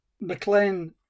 McLean